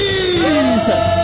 Jesus